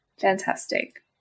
Fantastic